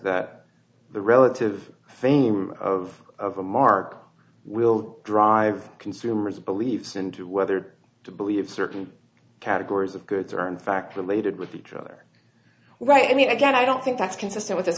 that the relative fame of the mark will drive consumers beliefs and whether to believe certain categories of goods are in fact related with each other right i mean again i don't think that's consistent with